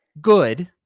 good